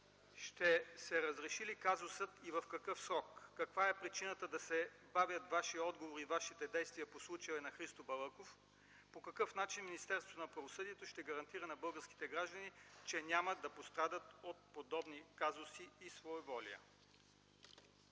ще се разрешили казусът и в какъв срок? Каква е причината да се бавят Вашият отговор и Вашите действия по случая на Христо Балъков? По какъв начин Министерството на правосъдието ще гарантира на българските граждани, че няма да пострадат от подобни казуси и своеволия?